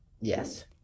Yes